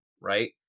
right